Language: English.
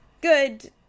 good